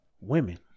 Women